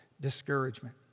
discouragement